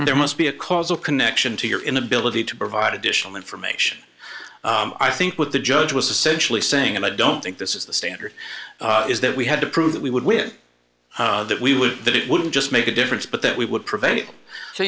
there must be a causal connection to your inability to provide additional information i think what the judge was essentially saying and i don't think this is the standard is that we had to prove that we would win that we would that it wouldn't just make a difference but that we would prevent it so